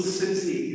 city